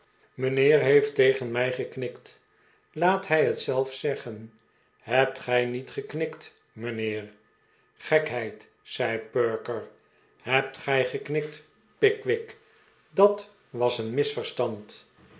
mijnheer heeft tegen mij geknikt laat hij het zelf zeggen hebt gij niet geknikt mijnheer gekheid zei perker hebt gij geknikt pickwick dat was een misverstand